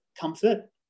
comfort